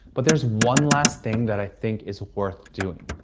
but there's one last thing that i think is worth doing.